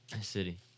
City